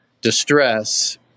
distress